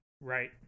right